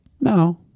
No